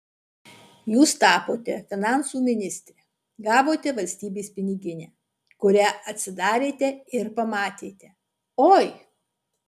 jūs tapote finansų ministre gavote valstybės piniginę kurią atsidarėte ir pamatėte oi